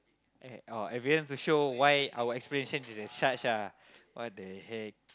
e~ oh evidence to show why our explanation is as such lah what the heck